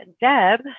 Deb